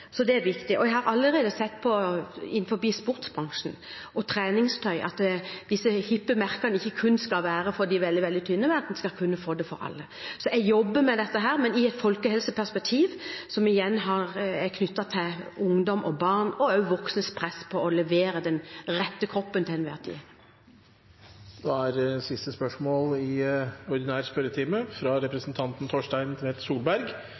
Det er viktig. Jeg har allerede sett på, innen sportsbransjen og treningstøy, at disse hippe merkene ikke kun skal være for de veldig, veldig tynne, men at alle skal kunne få dem. Så jeg jobber med dette, men i et folkehelseperspektiv, som igjen er knyttet til presset mot ungdom og barn – og også voksne – når det gjelder å levere den rette kroppen til enhver tid. Jeg vil starte med å gratulere den ferske statsråden fra